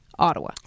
Ottawa